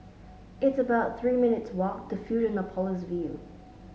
it's about Three minutes' walk to Fusionopolis View